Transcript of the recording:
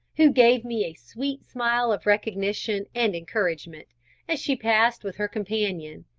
who gave me a sweet smile of recognition and encouragement as she passed with her companion,